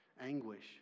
anguish